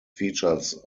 features